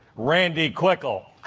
randy quickel.